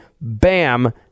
bam